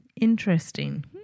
interesting